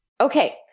Okay